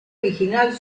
original